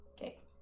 Okay